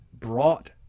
brought